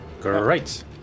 Great